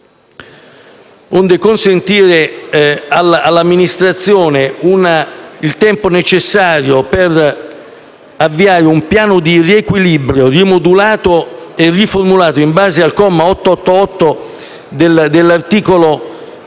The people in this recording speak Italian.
onde consentirle il tempo necessario per avviare un piano di riequilibrio rimodulato e riformulato in base al comma 888 dell'articolo in